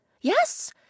Yes